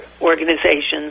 organizations